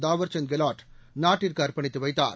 தவார்சந்த் கேலாட் நாட்டுக்கு அர்ப்பணித்து வைத்தார்